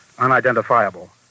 unidentifiable